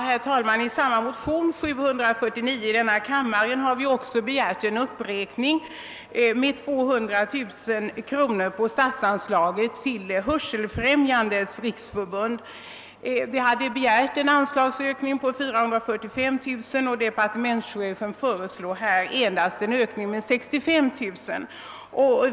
Herr talman! I motion II: 749 har vi också begärt en uppräkning med 200 000 kronor av statsanslaget till Hörselfrämjandets riksförbund. Detta hade begärt en anslagsökning på 445 000 kronor — departementschefen föreslår endast en ökning med 65 000 kronor.